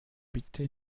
bitte